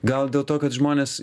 gal dėl to kad žmonės